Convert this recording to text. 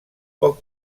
poc